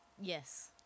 Yes